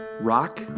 rock